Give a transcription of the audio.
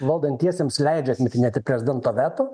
valdantiesiems leidžianti ne tik prezidento veto